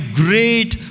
great